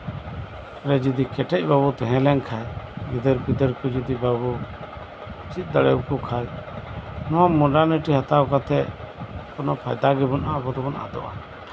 ᱨᱮ ᱡᱩᱫᱤ ᱠᱮᱴᱮᱡ ᱵᱟᱵᱚ ᱛᱟᱦᱮᱸ ᱞᱮᱱ ᱠᱷᱟᱡ ᱜᱤᱫᱟᱹᱨᱼᱯᱤᱫᱟᱹᱨ ᱠᱚ ᱡᱩᱫᱤ ᱵᱟᱵᱚ ᱪᱮᱫ ᱫᱟᱲᱮᱣᱟᱠᱚ ᱠᱷᱟᱱ ᱱᱚᱣᱟ ᱢᱚᱰᱟᱨᱱᱤᱴᱤ ᱦᱟᱛᱟᱣ ᱠᱟᱛᱮ ᱠᱳᱱᱳ ᱯᱷᱟᱭᱫᱟ ᱜᱮ ᱵᱟᱱᱩᱜᱼᱟ ᱟᱵᱚ ᱫᱚᱵᱚᱱ ᱟᱫᱚᱜᱼᱟ